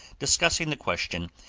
discussing the question,